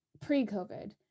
pre-COVID